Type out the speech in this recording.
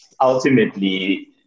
ultimately